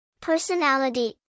Personality